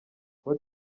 kuba